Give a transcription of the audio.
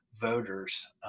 voters –